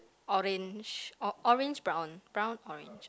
orange or orange brown brown orange